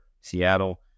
Seattle